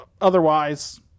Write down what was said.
Otherwise